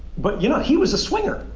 but you know he was a swinger.